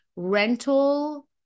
rental